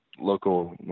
local